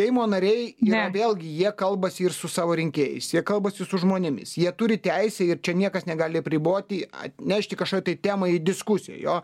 seimo nariai jie vėlgi jie kalbasi ir su savo rinkėjais jie kalbasi su žmonėmis jie turi teisę ir čia niekas negali apriboti atnešti kažką tai temai diskusijų jo